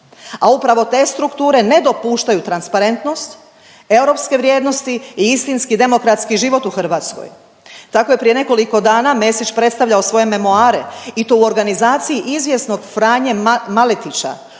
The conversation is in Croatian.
a upravo te strukture ne dopuštaju transparentnost, europske vrijednosti i istinski demokratski život u Hrvatskoj. Tako je prije nekoliko dana Mesić predstavljao svoje memoare i to u organizaciji izvjesnog Franje Maletića.